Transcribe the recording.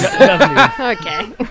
Okay